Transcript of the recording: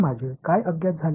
மாணவர்as அது சரி